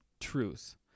truth